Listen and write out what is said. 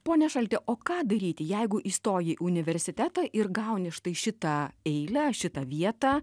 pone šalti o ką daryti jeigu įstoji universitetą ir gauni štai šitą eilę šitą vietą